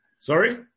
Sorry